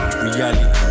reality